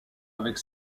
avec